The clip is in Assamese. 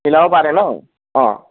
মিলাব পাৰে ন অঁ